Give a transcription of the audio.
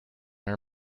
are